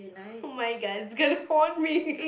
oh-my-god it's gonna haunt me